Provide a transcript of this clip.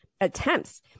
attempts